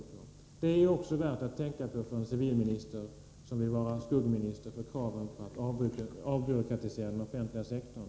Detta är också någonting som det kan vara värt att tänka på för en civilminister som vill vara en skuggminister för kraven på att avbyråkratisera den offentliga sektorn.